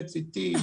PET CT,